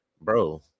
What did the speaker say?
bro